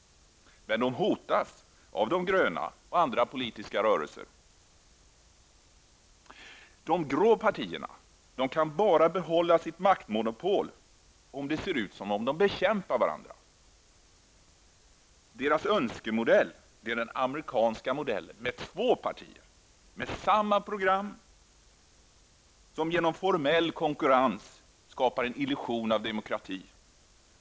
Men de hotas av de gröna och andra politiska rörelser. De grå partierna kan bibehålla sitt maktmonopol bara om det ser ut som om de bekämpar varandra. Deras önskemodell är den amerikanska modellen med två partier med samma program, vilka som genom formell konkurrens skapar en illusion av demokrati.